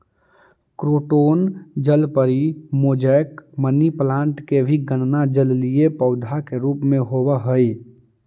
croton जलपरी, mosaic, money plant के भी गणना जलीय पौधा के रूप में होवऽ हइ